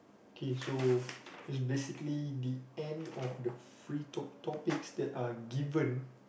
K so it's basically the end of the free talk topics that are given